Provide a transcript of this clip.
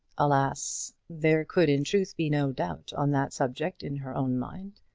alas! there could in truth be no doubt on that subject in her own mind.